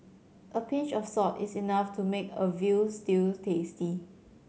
a pinch of salt is enough to make a veal stew tasty